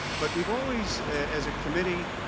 but we've always, as a committee,